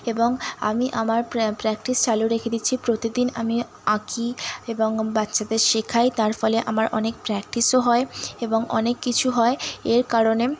এবং আমি আমার প্র্যাকটিস চালু রেখে দিচ্ছি প্রতিদিন আমি আঁকি এবং বাচ্চাদের শেখাই তার ফলে আমার অনেক প্র্যাকটিসও হয় এবং অনেক কিছু হয় এর কারণে